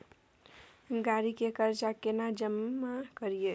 गाड़ी के कर्जा केना जमा करिए?